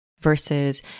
versus